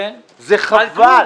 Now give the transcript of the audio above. זה חבל.